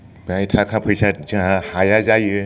बेहाय थाखा फैसा जोंहा हाया जायो